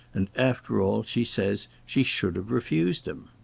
and, after all, she says she should have refused him.